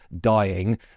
dying